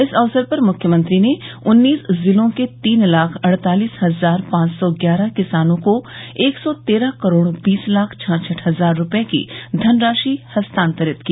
इस अवसर पर मुख्यमंत्री ने उन्नीस जिलों के तीन लाख अड़तालिस हजार पांच सौ ग्यारह किसानों को एक सौ तेरह करोड़ बीस लाख छाछठ हजार रूपये की धनराशि हस्तांतरित की